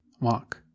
walk